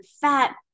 fat